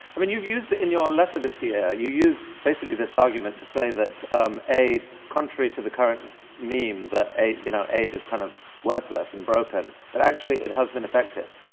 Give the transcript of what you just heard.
i mean, you've used it in your letter this year, you used basically this argument to say that um aid, contrary to the current meme that aid you know aid is kind of worthless and broken, that actually it has been effective.